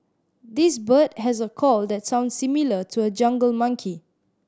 this bird has a call that sounds similar to a jungle monkey